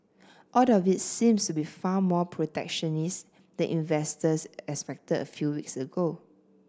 all of it seems to be far more protectionist than investors expected a few weeks ago